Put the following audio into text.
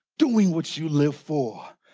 doing what you live for.